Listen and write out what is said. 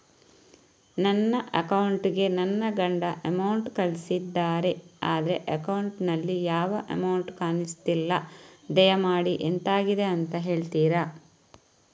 ನನ್ನ ಅಕೌಂಟ್ ಗೆ ನನ್ನ ಗಂಡ ಅಮೌಂಟ್ ಕಳ್ಸಿದ್ದಾರೆ ಆದ್ರೆ ಅಕೌಂಟ್ ನಲ್ಲಿ ಯಾವ ಅಮೌಂಟ್ ಕಾಣಿಸ್ತಿಲ್ಲ ದಯಮಾಡಿ ಎಂತಾಗಿದೆ ಅಂತ ಹೇಳ್ತೀರಾ?